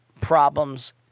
problems